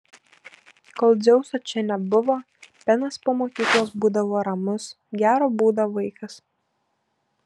kol dzeuso čia nebuvo benas po mokyklos būdavo ramus gero būdo vaikas